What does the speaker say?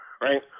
right